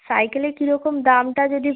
সাইকেলের কী রকম দামটা যদি